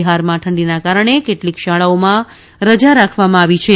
બિહારમાં ઠંડીના કારણે કેટલીક શાળાઓમાં રજા રાખવામાં આવી છે